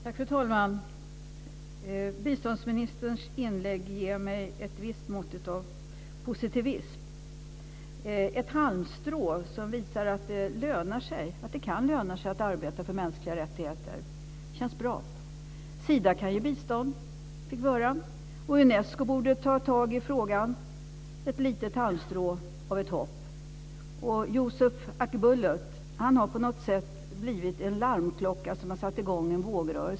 Fru talman! Biståndsministerns inlägg ger mig ett visst mått av positivism, ett halmstrå som visar att det kan löna sig att arbeta för mänskliga rättigheter. Det känns bra. Vi fick höra att Sida kan ge bistånd. Och Unesco borde ta tag i frågan. Det är ett litet halmstrå och ett hopp. Och Yusuf Akbulut har på något sätt blivit en larmklocka som har satt i gång en vågrörelse.